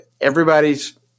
everybody's